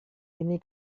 ini